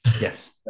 Yes